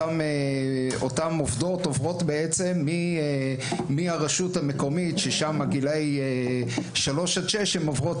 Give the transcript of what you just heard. אותן עובדות עוברות בעצם מהרשות המקומית ששם גילאי שלוש עד שש הן עוברות